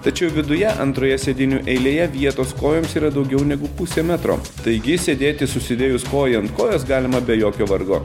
tačiau viduje antroje sėdynių eilėje vietos kojoms yra daugiau negu pusė metro taigi sėdėti susidėjus koją ant kojos galima be jokio vargo